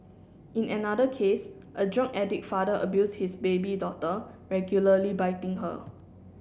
in another case a drug addict father abused his baby daughter regularly biting her